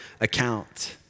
account